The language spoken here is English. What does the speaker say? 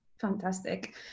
Fantastic